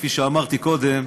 כפי שאמרתי קודם,